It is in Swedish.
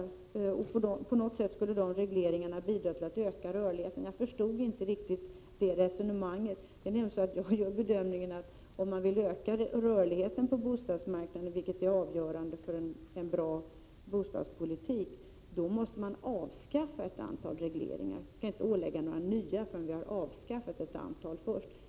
På något sätt skulle de regleringarna bidra till att öka rörligheten. Jag förstod inte riktigt det resonemanget. Det är nämligen så, att jag gör bedömningen att om man vill öka rörligheten på bostadsmarknaden, vilket är avgörande för en bra bostadspolitik, måste man avskaffa ett antal regleringar. Vi skall inte införa några nya förrän vi har avskaffat ett antal.